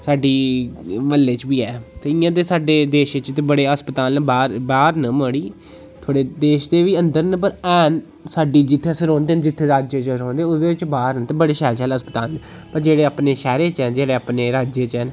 साड्डी म्हल्ले च बी ऐ ते इ'यां ते साड्डे देशै च बड़े हस्पताल न बाह्र बाह्र न मड़ी थोह्ड़े देश दे बी अंदर न पर हैन साड्डी जित्थे अस रौंह्दे जित्थै राज्य च रौह्ने ते ओह्दे च बाह्र न ते बड़े शैल शैल हस्पताल न पर जेह्ड़े अपने शैह्रे च न जेह्ड़े अपने राज्य च न